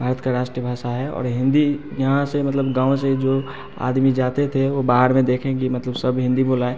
भारत का राष्ट्रभाषा है और हिंदी ही यहाँ से मतलब गाँव से जो आदमी जाते थे वो बाहर में देखें मतलब सब हिंदी बोला है